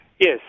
Yes